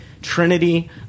Trinity